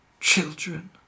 children